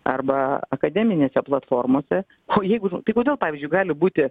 arba akademinėse platformose o jeigu tai kodėl pavyzdžiui gali būti